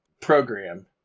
program